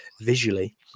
visually